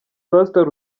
pastor